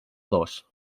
dos